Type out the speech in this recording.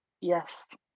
Yes